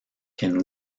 can